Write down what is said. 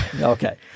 okay